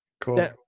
cool